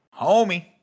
Homie